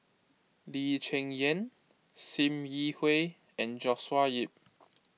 Lee Cheng Yan Sim Yi Hui and Joshua Ip